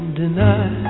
deny